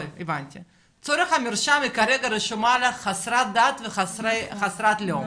היא כרגע רשומה לך חסרת דת וחסרת לאום,